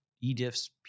e-diffs